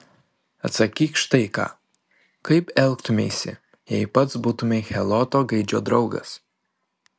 atsakyk štai ką kaip elgtumeisi jei pats būtumei heloto gaidžio draugas